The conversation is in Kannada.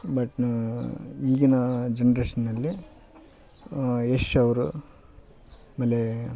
ಬಟ್ ನಾ ಈಗಿನ ಜನರೇಷನಲ್ಲಿ ಯಶ್ ಅವರು ಆಮೇಲೆ